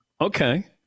Okay